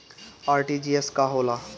RTGS का होला?